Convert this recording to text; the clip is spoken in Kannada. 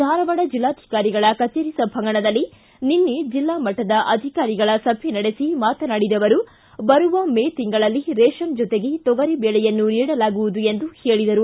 ಧಾರವಾಡ ಜಿಲ್ಲಾಧಿಕಾರಿಗಳ ಕಚೇರಿ ಸಭಾಂಗಣದಲ್ಲಿ ನಿನ್ನೆ ಜಿಲ್ಲಾಮಟ್ಟದ ಅಧಿಕಾರಿಗಳ ಸಭೆ ನಡೆಸಿ ಮಾತನಾಡಿದ ಅವರು ಬರುವ ಮೇ ತಿಂಗಳಲ್ಲಿ ರೇ ನ್ ಜೊತೆಗೆ ತೊಗರಿ ಬೇಳೆಯನ್ನು ನೀಡಲಾಗುವುದು ಎಂದು ಹೇಳಿದರು